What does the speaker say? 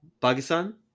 Pakistan